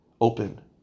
open